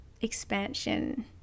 expansion